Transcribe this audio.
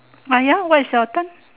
!aiya! why it's your turn